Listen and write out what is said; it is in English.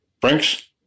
Brinks